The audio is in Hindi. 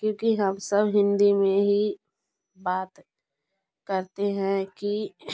क्योंकि हम सब हिंदी में ही बात करते हैं कि